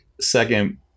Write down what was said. second